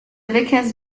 vickers